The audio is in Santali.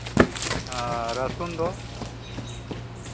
ᱟᱨ ᱨᱟᱹᱥᱩᱱ ᱫᱚ